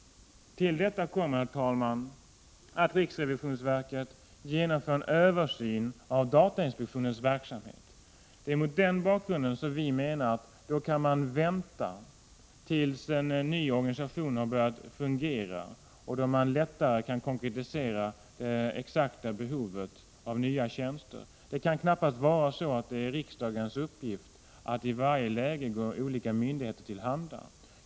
Till detta kommer att riksrevisionsverket genomför en översyn av datainspektionens verksamhet. Mot denna bakgrund menar vi att man kan vänta tills en ny organisation har börjat fungera. Då kan man lättare konkretisera det exakta behovet av nya tjänster. Det kan knappast vara riksdagens uppgift att i varje läge gå olika myndigheter till mötes.